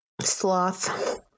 sloth